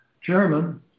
chairman